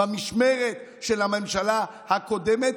במשמרת של הממשלה הקודמת,